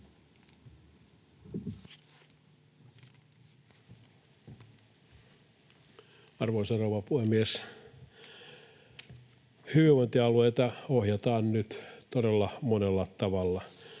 Arvoisa rouva puhemies! Hyvinvointialueita ohjataan nyt todella monella tavalla,